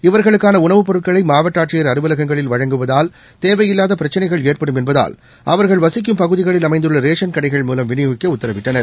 இவர்களுக்கான உணவுப் பொருட்களை மாவட்ட ஆட்சியர் அலுவலகங்களில் வழங்குவதால் தேவையில்லா பிரச்சினைகள் ஏற்படும் என்பதால் அவர்கள் வசிக்கும் பகுதிகளில் அமைந்துள்ள ரேஷன் கடைகள் மூலம் விநியோகிக்க உத்தரவிட்டனர்